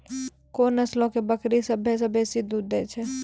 कोन नस्लो के बकरी सभ्भे से बेसी दूध दै छै?